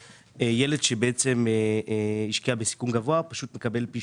ילד שהשקיע בסיכון גבוה פשוט מקבל פי